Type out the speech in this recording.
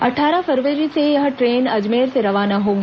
अट्ठारह फरवरी से यह ट्रेन अजमेर से रवाना होगी